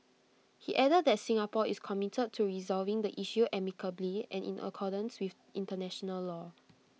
he added that Singapore is committed to resolving the issue amicably and in accordance with International law